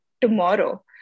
tomorrow